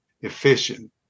efficient